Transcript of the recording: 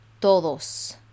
todos